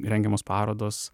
rengiamos parodos